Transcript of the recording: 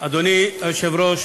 אדוני היושב-ראש,